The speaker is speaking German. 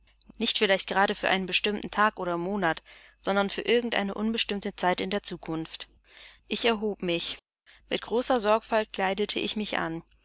nicht vielleicht gerade für einen bestimmten tag oder monat sondern für irgend eine unbestimmte zeit in der zukunft ich erhob mich mit großer sorgfalt kleidete ich mich an